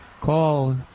call